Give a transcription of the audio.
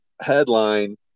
headline